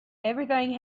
everything